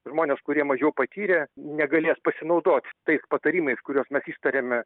žmonės kurie mažiau patyrę negalės pasinaudoti tais patarimais kuriuos mes ištariame